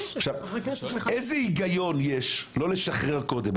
איזה היגיון יש לא לשחרר קודם?